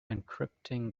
encrypting